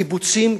קיבוצים,